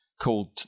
called